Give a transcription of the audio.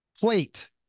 plate